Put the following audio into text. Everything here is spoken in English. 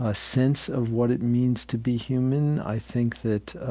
ah sense of what it means to be human. i think that